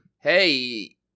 hey